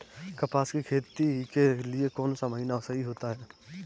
कपास की खेती के लिए कौन सा महीना सही होता है?